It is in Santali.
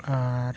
ᱟᱨ